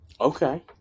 Okay